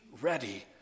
ready